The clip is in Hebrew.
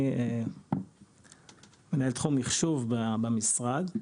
אני מנהל תחום מחשוב במשרד,